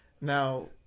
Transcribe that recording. Now